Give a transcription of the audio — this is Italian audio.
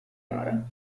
ora